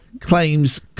claims